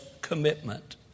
commitment